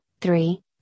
three